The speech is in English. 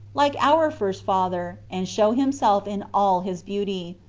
like our first father, and show himself in all his beauty,